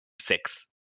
six